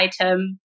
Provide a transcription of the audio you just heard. item